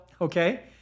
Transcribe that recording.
okay